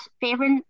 favorite